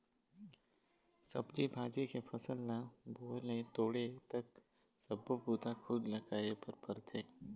सब्जी भाजी के फसल ल बोए ले तोड़े तक सब्बो बूता खुद ल करे बर परथे